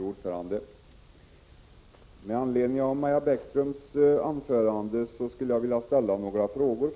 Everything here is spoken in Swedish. Fru talman! Jag vill med anledning av Maja Bäckströms anförande först ställa några frågor.